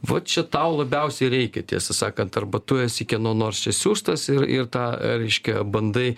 va čia tau labiausiai reikia tiesą sakant arba tu esi kieno nors čia siųstas ir ir tą reiškia bandai